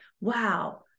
Wow